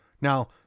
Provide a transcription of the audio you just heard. Now